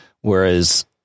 whereas